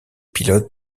pilotes